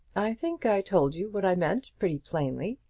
i think i told you what i meant pretty plainly.